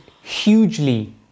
hugely